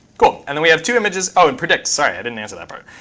cool. and then we have two images oh, and predict. sorry, i didn't answer that part.